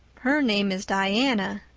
her name is diana.